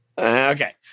Okay